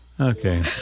Okay